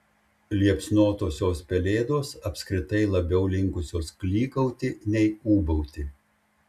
liepsnotosios pelėdos apskritai labiau linkusios klykauti nei ūbauti